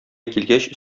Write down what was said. килгәч